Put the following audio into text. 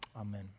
Amen